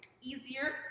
easier